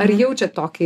ar jaučiat tokį